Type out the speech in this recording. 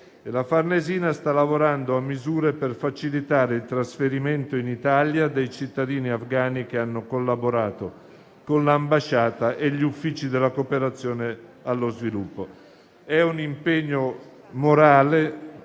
la Farnesina sta lavorando a misure per facilitare il trasferimento in Italia dei cittadini afghani che hanno collaborato con l'ambasciata e gli uffici della cooperazione allo sviluppo. È un impegno morale